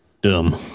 dumb